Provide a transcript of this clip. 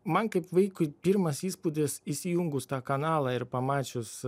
man kaip vaikui pirmas įspūdis įsijungus tą kanalą ir pamačius